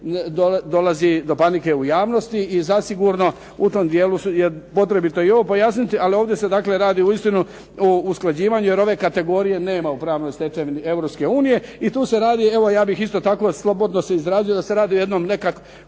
dolazi do panike u javnosti. I zasigurno je u tom dijelu je potrebno i to objasniti. Ali ovdje se radi uistinu o usklađivanju, jer ove kategorije nema u pravnoj stečevini Europske unije. I tu se radi evo ja bih isto tako slobodno se izrazio da se radi o jednoj